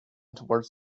towards